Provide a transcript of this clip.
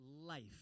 life